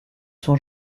sont